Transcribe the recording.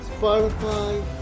Spotify